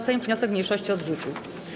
Sejm wniosek mniejszości odrzucił.